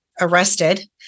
arrested